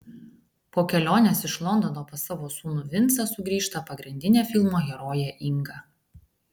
po kelionės iš londono pas savo sūnų vincą sugrįžta pagrindinė filmo herojė inga